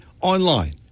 online